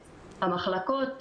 במחלקות,